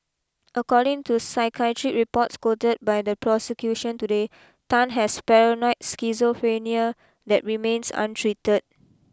according to psychiatric reports quoted by the prosecution today Tan has paranoid schizophrenia that remains untreated